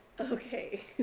Okay